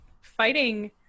fighting